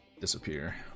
Disappear